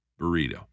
burrito